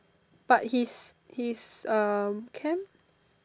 but his his uh camp